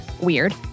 Weird